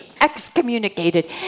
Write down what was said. excommunicated